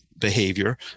behavior